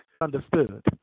understood